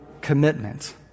commitment